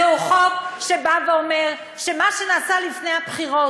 זהו חוק שבא ואומר שמה שנעשה לפני הבחירות,